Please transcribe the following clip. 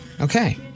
Okay